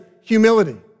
humility